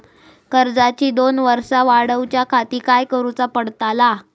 कर्जाची दोन वर्सा वाढवच्याखाती काय करुचा पडताला?